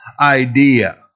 idea